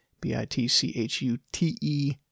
B-I-T-C-H-U-T-E